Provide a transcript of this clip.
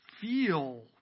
feel